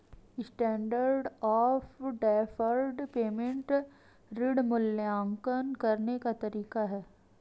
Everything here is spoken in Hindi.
स्टैण्डर्ड ऑफ़ डैफर्ड पेमेंट ऋण मूल्यांकन करने का तरीका है